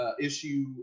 issue